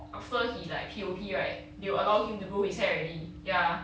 after he like P_O_P right they will allow him to grow his head already ya